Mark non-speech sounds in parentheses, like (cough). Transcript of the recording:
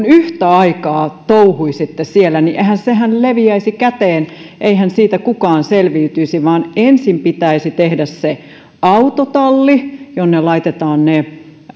(unintelligible) yhtä aikaa touhuaisitte siellä niin sehän leviäisi käsiin eihän siitä kukaan selviytyisi vaan ensin pitäisi tehdä se autotalli jonne laitetaan ne